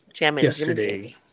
yesterday